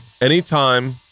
Anytime